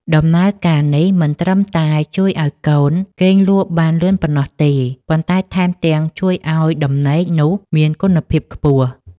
ដំណើរការនេះមិនត្រឹមតែជួយឱ្យកូនគេងលក់បានលឿនប៉ុណ្ណោះទេ ប៉ុន្តែថែមទាំងជួយឱ្យដំណេកនោះមានគុណភាពខ្ពស់